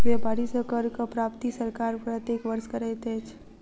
व्यापारी सॅ करक प्राप्ति सरकार प्रत्येक वर्ष करैत अछि